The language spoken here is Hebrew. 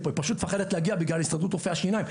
היא פשוט מפחדת להגיע בגלל הסתדרות רופאי השיניים.